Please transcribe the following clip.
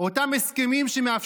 על כספים קואליציוניים מושחתים,